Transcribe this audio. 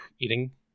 eating